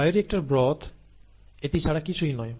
bioreactor broth এটি ছাড়া কিছুই নয়